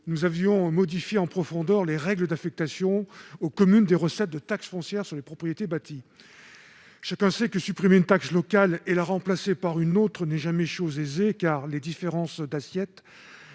nous avons modifié en profondeur les règles d'affectation, aux communes, des recettes de la taxe foncière sur les propriétés bâties. Supprimer une taxe locale et la remplacer par une autre n'est jamais chose aisée, car les différences d'assiette